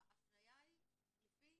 ההפניה היא לפי